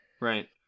Right